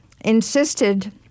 insisted